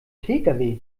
pkw